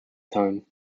time